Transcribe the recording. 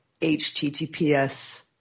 HTTPS